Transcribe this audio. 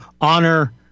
honor